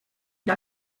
der